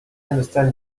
understand